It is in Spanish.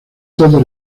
todo